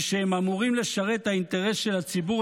ושהם אמורים לשרת את האינטרס של הציבור